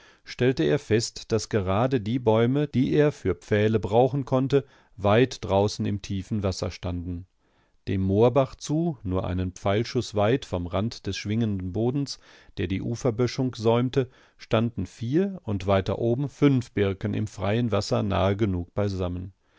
stellte er fest daß gerade die bäume die er für pfähle brauchen konnte weit draußen im tiefen wasser standen dem moorbach zu nur einen pfeilschuß weit vom rand des schwingenden bodens der die uferböschung säumte standen vier und weiter oben fünf birken im freien wasser nahe genug beisammen